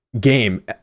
game